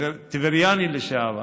כטברייני לשעבר